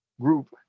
group